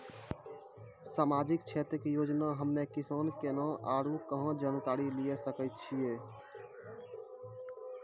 समाजिक क्षेत्र के योजना हम्मे किसान केना आरू कहाँ जानकारी लिये सकय छियै?